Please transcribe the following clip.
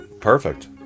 Perfect